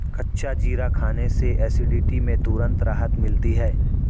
कच्चा जीरा खाने से एसिडिटी में तुरंत राहत मिलती है